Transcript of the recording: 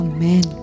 Amen